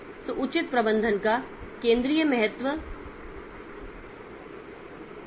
तो उचित प्रबंधन का केंद्रीय महत्व है